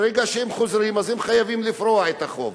ברגע שהם חוזרים הם חייבים לפרוע את החוב.